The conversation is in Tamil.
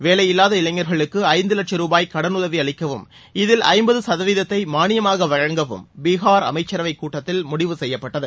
வேலையில்லாத இளைஞர்களுக்கு ஐந்து லட்சம் ரூபாய் கடனுதவி அளிக்கவும் இதில் ஐம்பது சதவீதத்தை மானியமாக வழங்கவும் பீகார் அமைச்சரவைக் கூட்டத்தில் முடிவு செய்யப்பட்டது